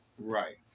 Right